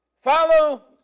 Follow